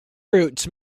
roots